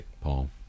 Paul